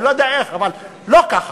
אני לא יודע איך, אבל לא כך.